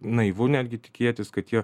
naivu netgi tikėtis kad jie